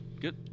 Good